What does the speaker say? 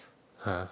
!huh!